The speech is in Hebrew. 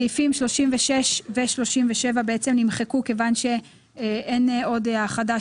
סעיפים 36 ו-37 נמחקו כיוון שאין עוד האחדה